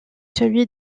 celui